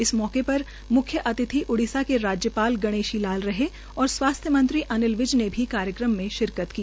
इस मौके पर म्ख्य अतिथि उड़ीसा के राज्यपाल गणेशीलाल रहे और स्वास्थ्य मंत्री अनिल विज ने कार्यक्रम में शिरकत की